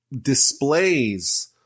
displays